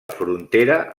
frontera